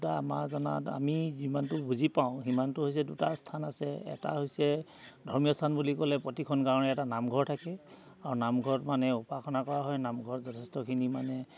দুটা আমাৰ জনাত আমি যিমানটো বুজি পাওঁ সিমানটো হৈছে দুটা স্থান আছে এটা হৈছে ধৰ্মীয় স্থান বুলি ক'লে প্ৰতিখন গাঁৱৰ এটা নামঘৰ থাকে আৰু নামঘৰত মানে উপাসনা কৰা হয় নামঘৰত যথেষ্টখিনি মানে